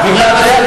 ממש לא.